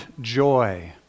joy